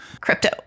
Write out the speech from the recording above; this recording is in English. Crypto